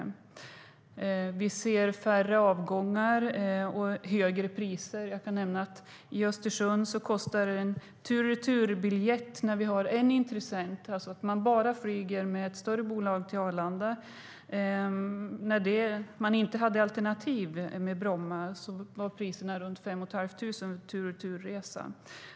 Det blir färre avgångar och högre priser. Som exempel kan jag nämna att från Östersund - om inte Bromma är något alternativ - kostar en tur-och-retur-biljett ca 5 500 kronor om man flyger med ett större bolag till Arlanda.